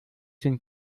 sind